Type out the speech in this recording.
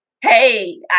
hey